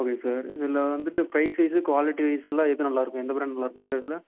okay sir இதில் வந்துவிட்டு price wise quality வைஸ்ஸெல்லாம் எது நல்லாயிருக்கும் எந்த ப்ராண்ட் நல்லாயிருக்கும் சார் இதில்